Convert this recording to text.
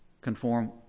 conform